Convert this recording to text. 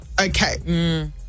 Okay